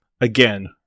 Again